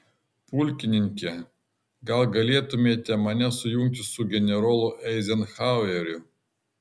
pulkininke gal galėtumėte mane sujungti su generolu eizenhaueriu